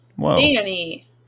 Danny